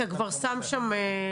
אתה כבר שם שם?